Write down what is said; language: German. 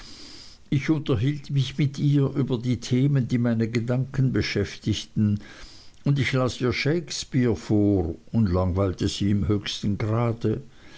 ich unterhielt mich mit ihr über die themen die meine gedanken beschäftigten und ich las ihr shakespeare vor und langweilte sie im höchsten grade